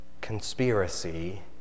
Conspiracy